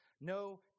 No